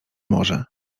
morze